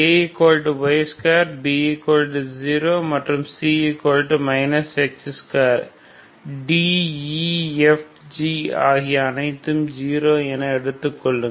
Ay2 B0 மற்றும் C x2 D E F G ஆகிய அனைத்தும் 0 என எடுத்துக் கொள்ளுங்கள்